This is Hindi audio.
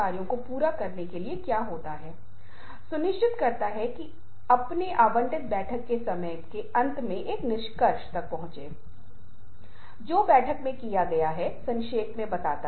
उदाहरण के लिए जब हम मुस्कुराहट के बारे में बात कर रहे हैं तो अध्ययन हमें बताते हैं कि यहां तक कि बच्चे भी मुस्कुराते हैं जिन शिशुओं ने महत्वपूर्ण तरीके से मुस्कुराते है जो सामाजिक संपर्क हासिल नहीं किया है